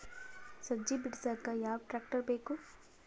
ಸಜ್ಜಿ ಬಿಡಸಕ ಯಾವ್ ಟ್ರ್ಯಾಕ್ಟರ್ ಬೇಕು?